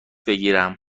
بگیرم